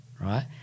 right